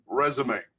resume